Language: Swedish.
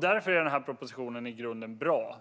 Därför är den här propositionen i grunden bra.